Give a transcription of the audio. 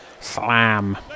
Slam